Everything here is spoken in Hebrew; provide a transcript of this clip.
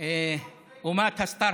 אומת הסטרטאפ.